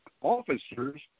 officers